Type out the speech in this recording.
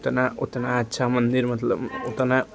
उतना उतना अच्छा मन्दिर मतलब उतना